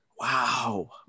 wow